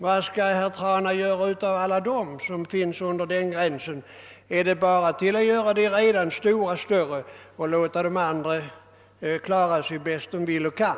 Vad vill herr Trana göra av alla jordbruk under den gränsen? Skall vi göra de stora jordbruken ännu större och låta de övriga klara sig bäst de vill och kan?